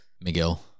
Miguel